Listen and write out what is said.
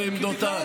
לא מעניינות אותי.